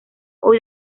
hoy